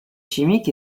chimique